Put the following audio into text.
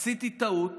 עשיתי טעות